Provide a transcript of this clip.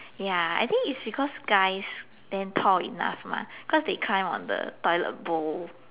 ya I think is because guys then tall enough mah cause they climb on the toilet bowl